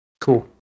cool